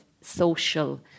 social